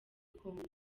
congo